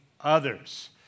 others